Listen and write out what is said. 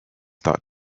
thought